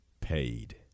paid